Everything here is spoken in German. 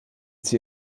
sie